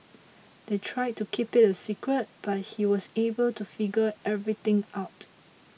they tried to keep it a secret but he was able to figure everything out